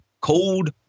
cold